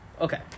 Okay